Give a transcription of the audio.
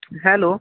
hello